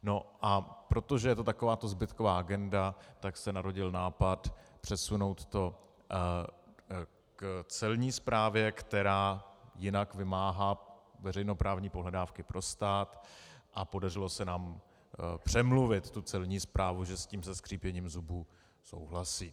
No a protože je to takováto zbytková agenda, tak se narodil nápad přesunout to k Celní správě, která jinak vymáhá veřejnoprávní pohledávky pro stát, a podařilo se nám přemluvit tu Celní správu, že s tím se skřípěním zubů souhlasí.